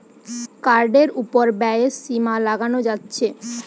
কার্ডের উপর ব্যয়ের সীমা লাগানো যাচ্ছে